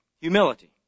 humility